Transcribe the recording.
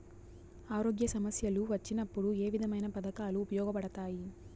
ఆరోగ్య సమస్యలు వచ్చినప్పుడు ఏ విధమైన పథకాలు ఉపయోగపడతాయి